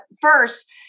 first